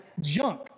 junk